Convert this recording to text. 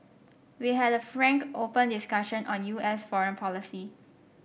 we had a frank open discussion on U S foreign policy